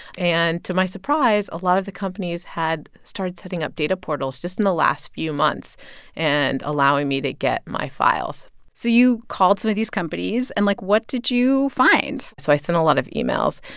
and to my surprise, a lot of the companies had started setting up data portals just in the last few months and allowing me to get my files so you called some of these companies. and, like, what did you find? so i sent a lot of emails,